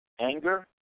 anger